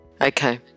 Okay